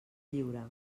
lliure